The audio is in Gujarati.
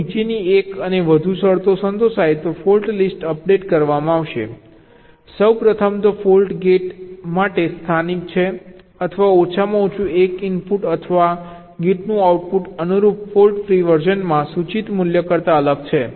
જો નીચેની એક અને વધુ શરતો સંતોષાય તો ફોલ્ટ લિસ્ટ અપડેટ કરવામાં આવશે સૌપ્રથમ તો ફોલ્ટ ગેટ માટે સ્થાનિક છે અથવા ઓછામાં ઓછું એક ઇનપુટ અથવા ગેટનું આઉટપુટ અનુરૂપ ફોલ્ટ ફ્રી વર્ઝનમાં સૂચિત મૂલ્ય કરતાં અલગ છે